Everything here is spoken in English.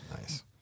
nice